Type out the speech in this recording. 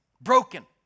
broken